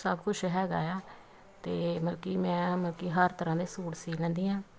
ਸਭ ਕੁਸ਼ ਹੈਗਾ ਆ ਅਤੇ ਮਲਕੀ ਮੈਂ ਮਲਕੀ ਹਰ ਤਰ੍ਹਾਂ ਦੇ ਸੂਟ ਸੀ ਲੈਂਦੀ ਹਾਂ